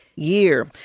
Year